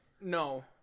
No